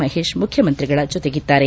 ಮಹೇಶ್ ಮುಖ್ಯಮಂತ್ರಿಗಳ ಜೊತೆಗಿದ್ದಾರೆ